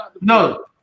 no